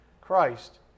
Christ